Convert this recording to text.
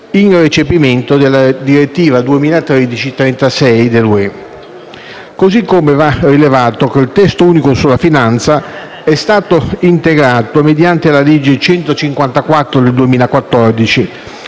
in recepimento della direttiva 2013/36/UE. Così come va rilevato che il testo unico sulla finanza è stato integrato mediante la legge n. 154 del 2014